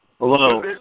Hello